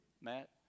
matt